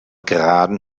geraden